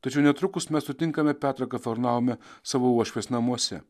tačiau netrukus mes sutinkame petrą kafarnaume savo uošvės namuose